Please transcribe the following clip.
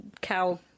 cow